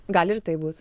gal ir taip būt